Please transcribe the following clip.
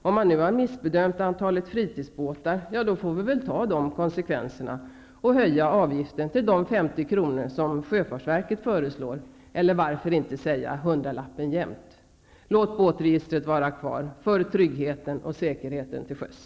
Om man nu har missbedömt antalet fritidsbåtar, får vi väl ta konsekvenserna av detta och höja avgiften till 50 kr., som sjöfartsverket föreslår, eller varför inte säga hundralappen jämt. Låt båtregistret vara kvar, för tryggheten och säkerheten till sjöss!